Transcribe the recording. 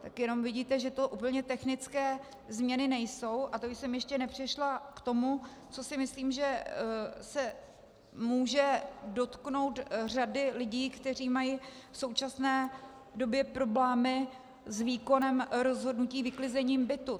Tak vidíte, že to jenom úplně technické změny nejsou, a to jsem ještě nepřešla k tomu, co si myslím, že se může dotknout řady lidí, kteří mají v současné době problémy s výkonem rozhodnutí vyklizením bytu.